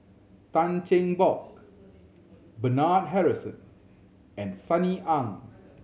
Tan Cheng Bock Bernard Harrison and Sunny Ang